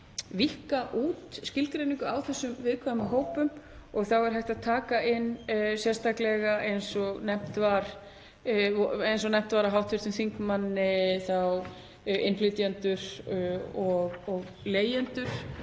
víkka út skilgreiningu á þessum viðkvæmu hópum. Þá er hægt að taka inn sérstaklega, eins og nefnt var af hv. þingmanni, innflytjendur og leigjendur